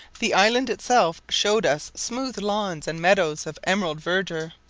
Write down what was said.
the island itself showed us smooth lawns and meadows of emerald verdure,